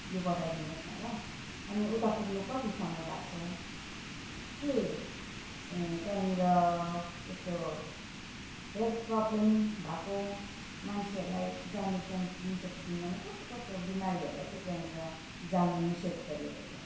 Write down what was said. यो बताइदिनुहोस् न ल अनि उता पुग्नु कति समय लाग्छ के त्यहाँनिर यस्तो हेल्थ प्रबलम भएको मान्छेहरूलाई जानु त्यहाँ दिन्छ कि दिँदैन कस्तो कस्तो बिमारीहरूलाई चाहिँ त्यहाँनिर जानु निषेध गरिएको छ